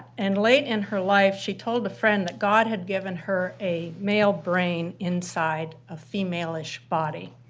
and late in her life, she told a friend that god had given her a male brain inside a female-ish body.